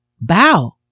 bow